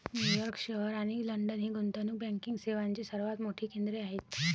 New York शहर आणि London ही गुंतवणूक बँकिंग सेवांची सर्वात मोठी केंद्रे आहेत